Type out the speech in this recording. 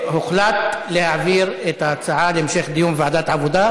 הוחלט להעביר את ההצעה להמשך דיון בוועדת העבודה.